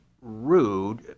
rude